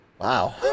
Wow